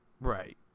right